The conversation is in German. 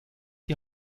die